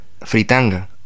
Fritanga